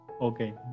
Okay